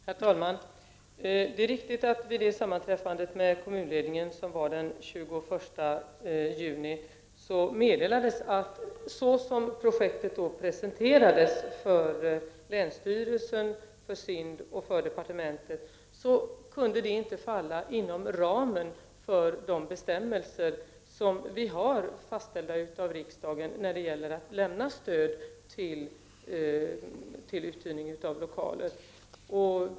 Herr talman! Det är riktigt att det vid sammanträffandet med kommunledningen den 21 juni meddelades att projektet, så som det presenterades för länsstyrelsen, SIND och departementet, inte kunde falla inom ramen för de bestämmelser som riksdagen har fastställt när det gäller att lämna stöd till uthyrning av lokaler.